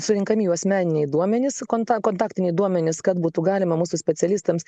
surenkami jų asmeniniai duomenys konta kontaktiniai duomenys kad būtų galima mūsų specialistams